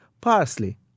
parsley